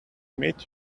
meet